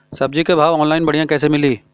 सब्जी के भाव ऑनलाइन बढ़ियां कइसे मिली?